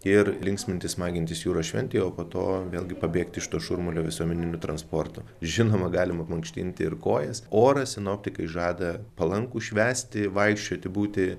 ir linksmintis smagintis jūros šventėj o po to vėlgi pabėgti iš to šurmulio visuomeniniu transportu žinoma galima mankštinti ir kojas orą sinoptikai žada palanku švęsti vaikščioti būti